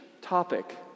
topic